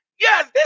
Yes